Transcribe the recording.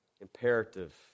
imperative